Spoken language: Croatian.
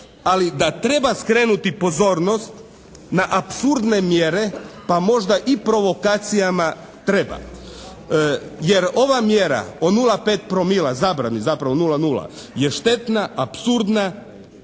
Ali da treba skrenuti pozornost na apsurdne mjere, pa možda i provokacijama treba, jer ova mjera o 0,5 promila zabrani zapravo 0,0 je štetna, apsurdna